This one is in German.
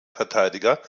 verteidiger